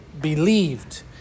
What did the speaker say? believed